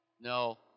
No